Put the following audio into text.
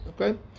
okay